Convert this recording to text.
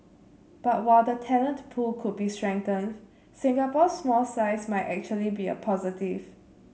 but while the talent pool could be strengthened Singapore's small size might actually be a positive